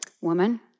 woman